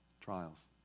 trials